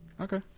Okay